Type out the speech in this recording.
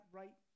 right